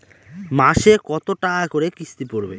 মাসে কত টাকা করে কিস্তি পড়বে?